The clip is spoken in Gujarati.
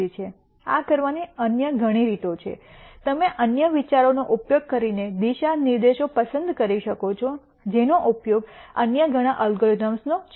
આ કરવાની ઘણી અન્ય રીતો છે તમે અન્ય વિચારોનો ઉપયોગ કરીને દિશા નિર્દેશો પસંદ કરી શકો છો જેનો ઉપયોગ અન્ય ઘણાં અલ્ગોરિધમ્સનો છે